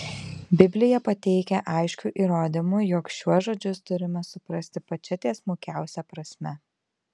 biblija pateikia aiškių įrodymų jog šiuos žodžius turime suprasti pačia tiesmukiausia prasme